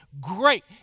great